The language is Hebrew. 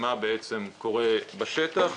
מה בעצם קורה בשטח,